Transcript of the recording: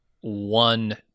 one